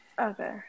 Okay